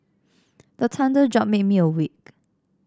the thunder jolt me awake